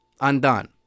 undone